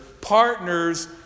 PARTNERS